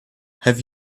have